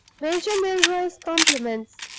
major milroy's compliments,